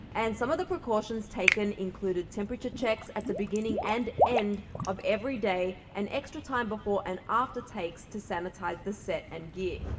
and some of the precautions taken included temperature checks at the beginning and end of every day and extra time before and after takes to sanitize the set and gear.